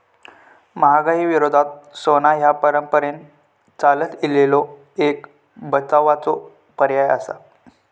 महागाई विरोधात सोना ह्या परंपरेन चालत इलेलो एक बचावाचो पर्याय आसा